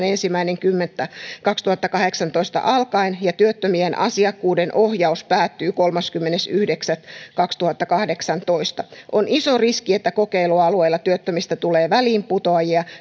ensimmäinen kymmenettä kaksituhattakahdeksantoista alkaen ja työttömien asiakkuuden ohjaus päättyy kolmaskymmenes yhdeksättä kaksituhattakahdeksantoista on iso riski että kokeilualueella työttömistä tulee väliinputoajia